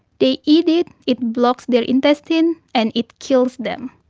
they eat it, it blocks their intestine and it kills them.